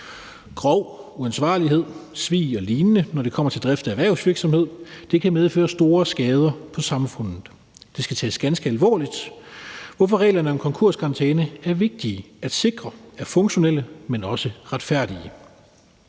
Grov uansvarlighed, svig og lignende kan, når det kommer til drift af erhvervsvirksomhed, medføre store skader på samfundet. Det skal tages ganske alvorligt, hvorfor det er vigtigt at sikre, at reglerne om konkurskarantæne er funktionelle, men også retfærdige,